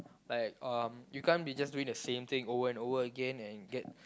like um you can't be just doing the same thing over and over again and get